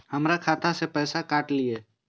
हमर खाता से पैसा काट लिए?